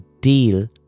deal